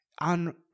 On